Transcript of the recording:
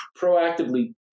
proactively